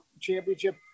championship